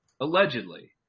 Allegedly